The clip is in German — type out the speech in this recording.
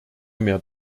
mehr